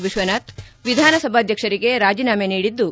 ವಿಶ್ವನಾಥ್ ವಿಧಾನಸಭಾಧ್ಯಕ್ಷರಿಗೆ ರಾಜೀನಾಮೆ ನೀಡಿದ್ದು